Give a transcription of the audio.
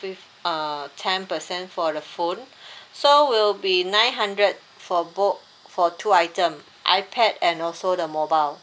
fif~ uh ten percent for the phone so will be nine hundred for both for two item ipad and also the mobile